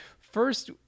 first